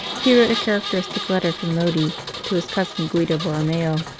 he wrote a characteristic letter from lodi to his cousin guido borromeo,